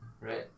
right